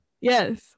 Yes